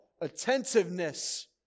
attentiveness